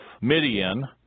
Midian